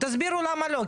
תסבירו למה לא,